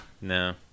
no